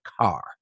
car